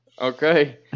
Okay